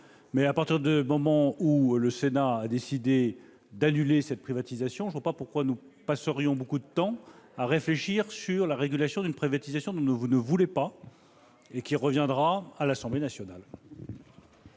... À partir du moment où le Sénat a décidé d'annuler cette privatisation, je ne vois pas pourquoi nous passerions beaucoup de temps à réfléchir sur la régulation d'un processus dont il ne veut pas et dont l'examen reviendra à l'Assemblée nationale.